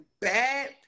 bad